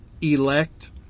elect